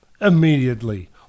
immediately